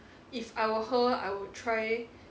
if I were her I would try